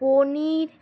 পনির